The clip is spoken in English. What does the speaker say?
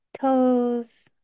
toes